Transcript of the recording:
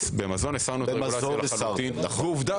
למה באת